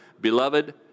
Beloved